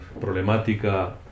problemática